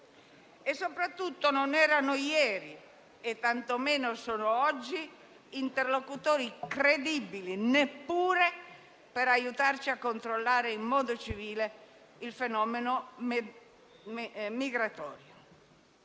soprattutto, non erano ieri e tantomeno sono oggi interlocutori credibili, neppure per aiutarci a controllare in modo civile il fenomeno migratorio.